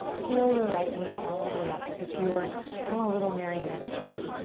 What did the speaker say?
peel your right knee all the way up as if you were on a little marionette string.